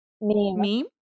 Meme